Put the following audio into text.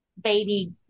baby